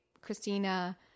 Christina